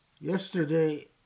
Yesterday